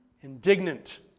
indignant